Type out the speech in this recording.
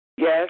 Yes